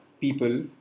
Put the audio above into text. people